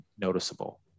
noticeable